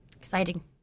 exciting